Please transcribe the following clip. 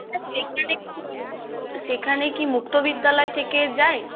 sir সেখানে কি সেখানে কি মুক্তবিদ্যালয় থেকে যায়